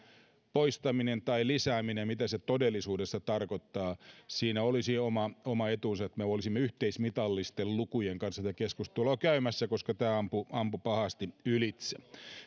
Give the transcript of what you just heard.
poistaminen tai lisääminen todellisuudessa tarkoittaa siinä olisi oma oma etunsa että me olisimme yhteismitallisten lukujen kanssa tätä keskustelua käymässä koska tämä ampui ampui pahasti ylitse